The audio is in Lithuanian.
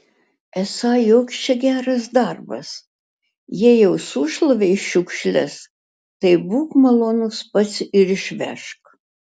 esą joks čia geras darbas jei jau sušlavei šiukšles tai būk malonus pats ir išvežk